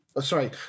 Sorry